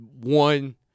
one